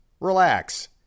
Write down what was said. relax